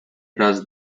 raz